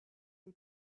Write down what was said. les